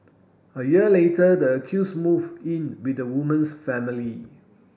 a year later the accuse move in with the woman's family